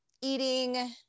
eating